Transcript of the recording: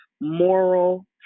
moral